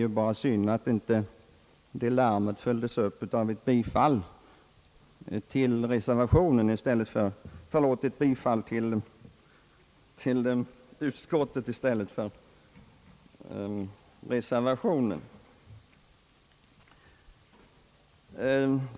Synd bara att inte larmet följdes upp med ett yrkande om bifall till utskottets utlåtande i stället för till reservationen.